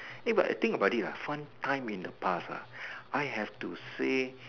eh but I think about it ah fun time in the past ah I have to say